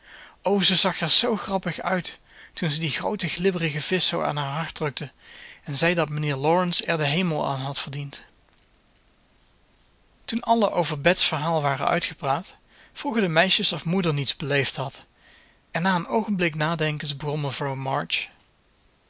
o ze zag er zoo grappig uit toen ze dien grooten glibberigen visch zoo aan haar hart drukte en zei dat mijnheer laurence er den hemel aan had verdiend toen allen over bets verhaal waren uitgepraat vroegen de meisjes of moeder niets beleefd had en na een oogenblik nadenkens begon